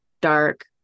dark